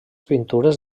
pintures